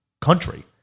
country